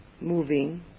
moving